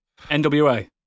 NWA